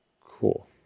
Cool